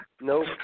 Nope